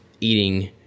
eating